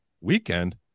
weekend